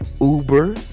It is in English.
Uber